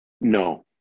No